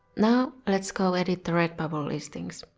now, let's go edit the redbubble listings.